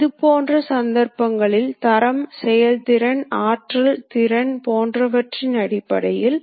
அதில் ஒருங்கிணைப்பு இடத்தில் தொடக்க புள்ளி மற்றும் இறுதி புள்ளிகளை நாம் குறிப்பிடலாம்